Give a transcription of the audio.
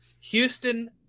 Houston